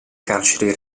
carceri